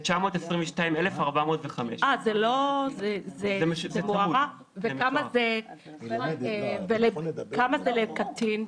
922,405. כמה זה לקטין?